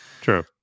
True